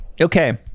Okay